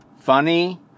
funny